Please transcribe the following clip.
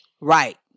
Right